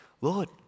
Lord